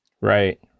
Right